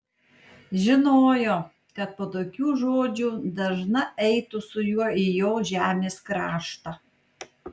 žinojo kad po tokių žodžių dažna eitų su juo į jo žemės kraštą